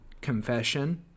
confession